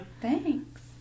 Thanks